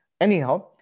Anyhow